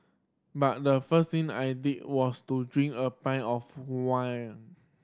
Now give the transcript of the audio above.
but the first thing I did was to drink a pie of wine